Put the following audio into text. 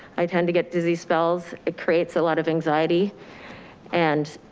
i tend to get dizzy spells. it creates a lot of anxiety and